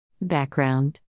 Background